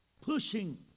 pushing